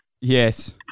Yes